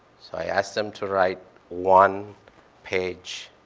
so i asked them to write one page.